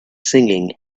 singing